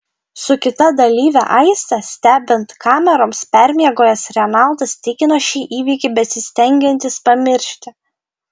su kita dalyve aiste stebint kameroms permiegojęs renaldas tikino šį įvykį besistengiantis pamiršti